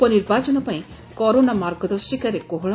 ଉପନିର୍ବାଚନ ପାଇଁ କରୋନା ମାର୍ଗଦର୍ଶିକାରେ କୋହଳ